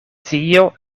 tio